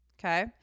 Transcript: Okay